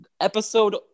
episode